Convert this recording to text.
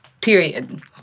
Period